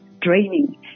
draining